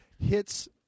hits